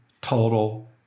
total